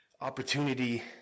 opportunity